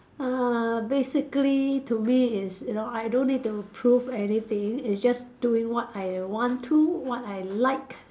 uh basically to me is you know I don't need to prove anything it's just doing what I want to what I like